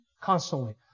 constantly